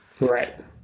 Right